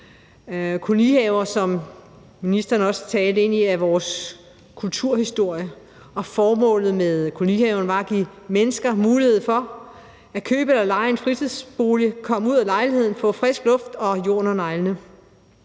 Kolonihaver, hvilket ministeren også talte ind i, er vores kulturhistorie, og formålet med kolonihaven var at give mennesker mulighed for at købe eller leje en fritidsbolig, komme ud af lejligheden, få frisk luft og jord under neglene.